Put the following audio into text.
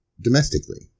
domestically